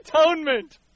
atonement